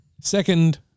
Second